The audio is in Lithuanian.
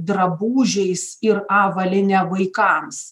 drabužiais ir avalyne vaikams